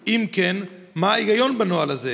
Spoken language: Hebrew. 2. אם כן, מה ההיגיון בנוהל הזה?